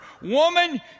Woman